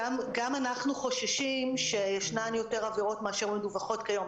גם אנחנו חוששים שישנן יותר עבירות מאשר מדווחות כיום,